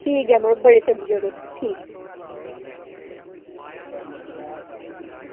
ठीक ऐ मड़ो बड़े चंगे ओ तुस